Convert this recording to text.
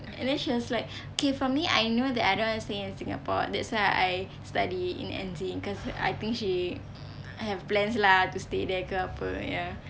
and then she was like okay for me I know that I don't want to stay in singapore that's why I study in N_Z cause I think she have plans lah to stay there ke apa